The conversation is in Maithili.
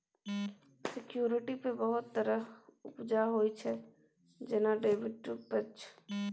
सिक्युरिटी पर बहुत तरहक उपजा होइ छै जेना डिवीडेंड उपज